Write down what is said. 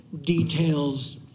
details